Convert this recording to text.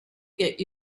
get